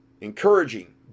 encouraging